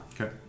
Okay